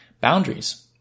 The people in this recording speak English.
boundaries